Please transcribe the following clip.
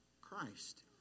Christ